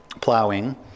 plowing